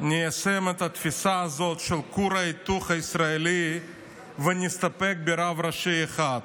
ניישם את התפיסה הזאת של כור ההיתוך הישראלי ונסתפק ברב ראשי אחד.